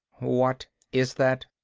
what is that?